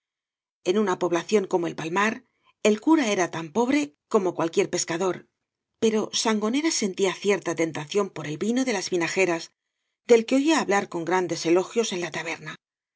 en una población como el palmar el cura era tan pobre como cualquier pescador pero sangonera sentía cierta tentación por el vino de las vinajeras del que oía hablar con grandes elogios en la taberna